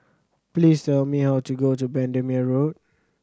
please tell me how to go to Bendemeer Road